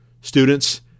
students